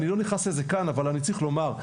אני לא נכנס לזה כאן, אבל אני צריך לומר: